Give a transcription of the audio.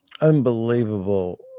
unbelievable